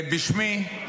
בשמי,